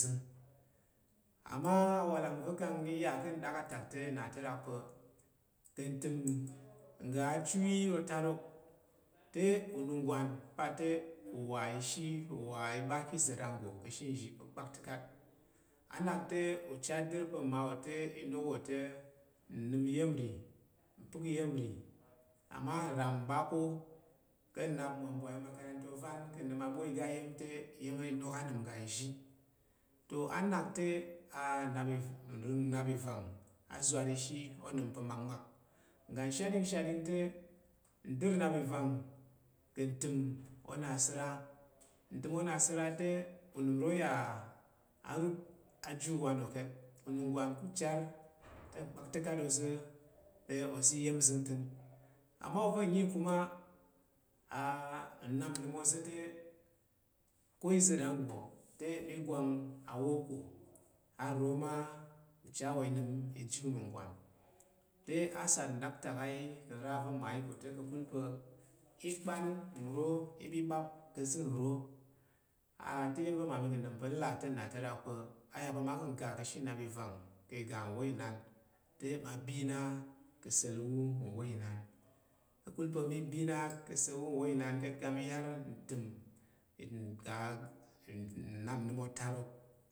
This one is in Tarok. ama awalang va̱ kang mi ya ka̱ nɗaktak te nna te rak pa̱ ka̱ ntəm ga chu yi otarok te ununggwan a te wa ishi uwa i ɓa ki iza̱ ranggo ka̱she nzhi pa̱ kpakta̱kat a nak te ucha dər pe mmawo te inok wo te, nnəm iya̱m nri. iyam nri Mbwai amakaranta ovan ka̱ nnəm aɓo igi iya̱m te inok anəm ga nzhi, toh a nak te Nnap ivang azwar ishi onəm pa̱ makmak ngga nshatɗing shatɗing te ndir nnap ivang Ka̱ ntəm onasəra ntəm onasəra te unəm ro ya a rup a ji uwan wo ka̱t ununggwan ko ucha kapakta̱kat oza̱ te oza̱ ya̱m zəngtəng a ma oza̱ nyi kuma nnap nəm ozo te ko iza̱ ranggo te mi gwang awo ko har uro ma ucha wa iji ununggwan te a sat nɗaktak a yi ka̱ nra va̱ mmayi ko to ka̱kul pa̱ nnap nro i ɓe ɓa̱p ka izər nro te iya̱m va̱ mmami ka̱ nɗom pa̱ nlà te nna to ɗak pa̱ a ya pa̱ mma ka̱ ngga ka̱she nnap ivang ki igwai nna te ma bi na ka sa̱lwu nwa Inan ka̱kul pa̱ mi bi na ka̱ sa̱lwu nwa Inan kang mi yar ntəm ngga nnap nnəm otarok.